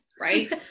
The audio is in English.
right